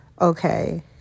Okay